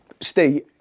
Steve